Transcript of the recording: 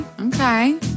Okay